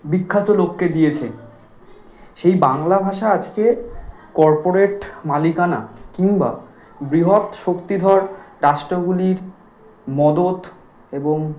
বিখ্যাত লোককে দিয়েছে সেই বাংলা ভাষা আজকে কর্পোরেট মালিকানা কিংবা বৃহৎ শক্তিধর রাষ্ট্রগুলির মদত এবং